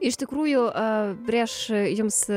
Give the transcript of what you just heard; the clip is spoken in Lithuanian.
iš tikrųjų a prieš jums